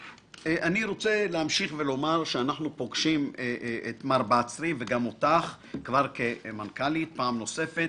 אנחנו פוגשים את מר בצרי ואותך כמנכ"לית פעם נוספת